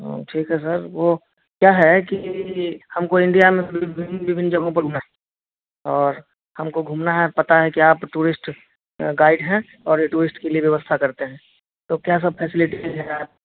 ठीक है सर वो क्या है कि हमको इंडिया में विभिन्न विभिन्न जगहों पर घूमना है और हमको घूमना है पता है कि आप टूरिस्ट गाइड हैं और ए टूरिस्ट के लिए व्यवस्था करते हैं तो क्या सब फैसेलिटीज़ हैं